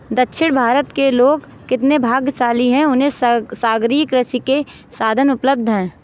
दक्षिण भारत के लोग कितने भाग्यशाली हैं, उन्हें सागरीय कृषि के साधन उपलब्ध हैं